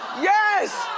yes.